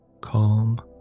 Calm